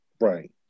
Right